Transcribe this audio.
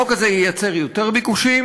החוק הזה ייצר יותר ביקושים,